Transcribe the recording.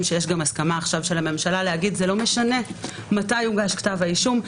שיש גם הסכמה של הממשלה להגיד שזה לא משנה מתי הוגש כתב האישום,